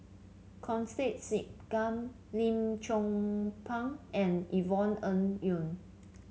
Constance Singam Lim Chong Pang and Yvonne Ng Uhde